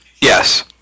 Yes